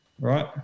right